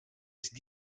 ist